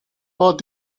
war